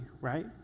right